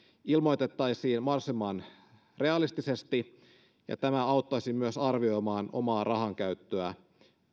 ilmoitettaisiin mahdollisimman realistisesti tämä auttaisi myös arvioimaan omaa rahankäyttöä